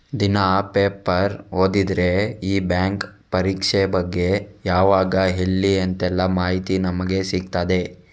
ದಿನಾ ಪೇಪರ್ ಓದಿದ್ರೆ ಈ ಬ್ಯಾಂಕ್ ಪರೀಕ್ಷೆ ಬಗ್ಗೆ ಯಾವಾಗ ಎಲ್ಲಿ ಅಂತೆಲ್ಲ ಮಾಹಿತಿ ನಮ್ಗೆ ಸಿಗ್ತದೆ